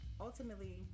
ultimately